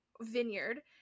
vineyard